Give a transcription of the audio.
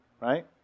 right